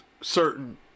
certain